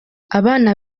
abana